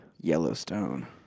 Yellowstone